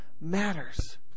matters